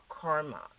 karma